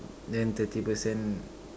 then thirty percent